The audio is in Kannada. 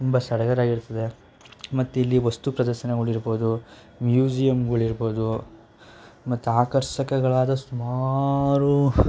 ತುಂಬ ಸಡಗರವಾಗಿರ್ತದೆ ಮತ್ತಿಲ್ಲಿ ವಸ್ತು ಪ್ರದರ್ಶನಗಳಿರ್ಬೋದು ಮ್ಯೂಸಿಯಮ್ಮುಗಳಿರ್ಬೋದು ಮತ್ತು ಆಕರ್ಷಕಗಳಾದ ಸುಮಾರು